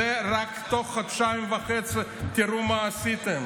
זה רק תוך חודשיים וחצי, תראו מה עשיתם.